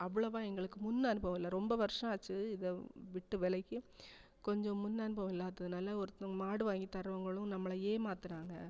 அவ்வளவா எங்களுக்கு முன் அனுபவம் இல்லை ரொம்ப வருஷம் ஆச்சு இதை விட்டு விலகி கொஞ்சம் முன் அனுபவம் இல்லாததுனால் ஒருத்தவங்கள் மாடு வாங்கி தரவங்களும் நம்மளை ஏமாற்றுறாங்க